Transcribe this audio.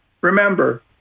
Remember